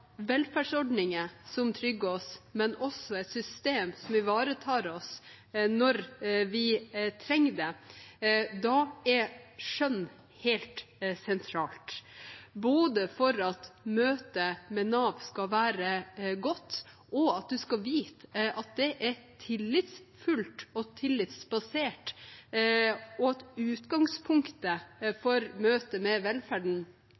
velferdsordninger som trygger oss, men også et system som ivaretar oss når vi trenger det, da er skjønn helt sentralt. Det er det både for at møtet med Nav skal være godt, at man skal vite at det er tillitsfullt og tillitsbasert, og at utgangspunktet for møtet med velferden